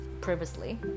previously